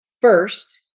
first